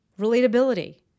relatability